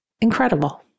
Incredible